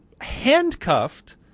handcuffed